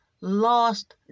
lost